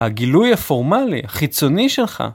הגילוי הפורמלי, חיצוני שלך.